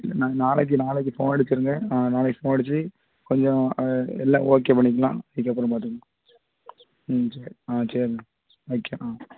நாங்கள் நாளைக்கு நாளைக்கு ஃபோன் அடிச்சிருங்க நான் நாளைக்கு ஃபோன் அடிச்சு கொஞ்சம் எல்லாம் ஓகே பண்ணிக்கலாம் பிக்கப் எல்லாம் பார்த்துக்குவோம் ம் சரி ஆ சரிண்ணா ஓகேண்ணா